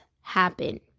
happen